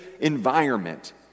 environment